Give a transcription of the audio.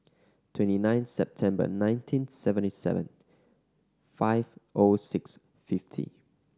twenty nine September nineteen seventy seven five O six fifty